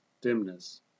dimness